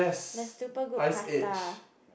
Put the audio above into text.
the super good pasta